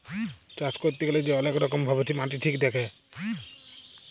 চাষ ক্যইরতে গ্যালে যে অলেক রকম ভাবে মাটি ঠিক দ্যাখে